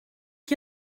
ich